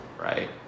right